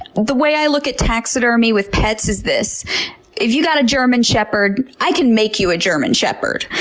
the way i look at taxidermy with pets is this if you got a german shepherd, i can make you a german shepherd.